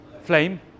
flame